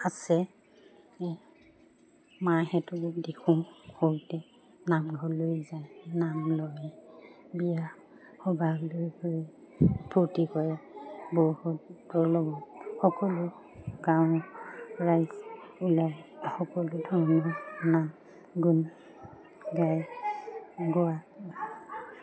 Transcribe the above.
আছে মাহেঁতকো দেখোঁ সৰুতে নামঘৰলৈ যায় নাম লয় বিয়া সভালৈ গৈ ফূৰ্তি কৰে বৌহঁতৰ লগত সকলো গাঁৱৰ ৰাইজ ওলাই সকলো ধৰণৰ নাম গুণ গাই গোৱা